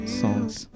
songs